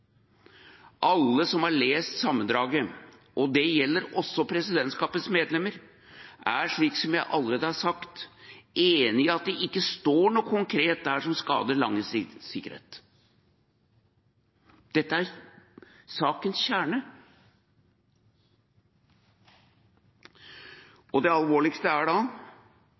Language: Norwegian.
Alle som har lest sammendraget, det gjelder også presidentskapets medlemmer, er, som jeg allerede har sagt, enig i at det ikke står noe konkret der som skader landets sikkerhet. Dette er sakens kjerne. Det alvorligste er da